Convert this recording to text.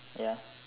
ya